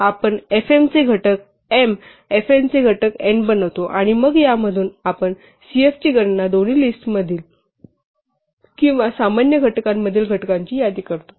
आपण fm चे घटक m fn चे घटक n बनवतो आणि मग यामधून आपण cf ची गणना दोन्ही लिस्टतील किंवा सामान्य घटकांमधील घटकांची यादी करतो